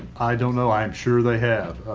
i don't know. i'm sure they have.